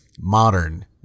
modern